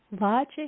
Logic